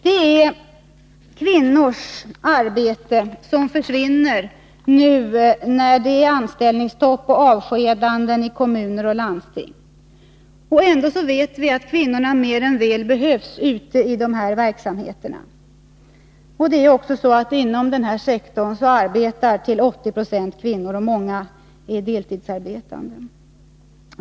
Det är kvinnors arbete som försvinner nu när det är anställningsstopp och avskedanden i kommuner och landsting. Ändå vet vi att kvinnorna behövs mer än väl ute i dessa verksamheter. Inom denna sektor arbetar till 80 Zo kvinnor, och många är deltidsarbetande.